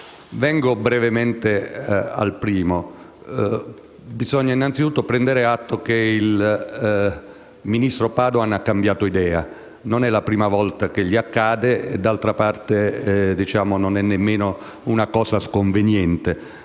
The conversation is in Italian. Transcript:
Vengo brevemente al primo aspetto. Bisogna innanzitutto prendere atto del fatto che il ministro Padoan ha cambiato idea: non è la prima volta che gli accade e, d'altra parte, non è nemmeno una cosa sconveniente.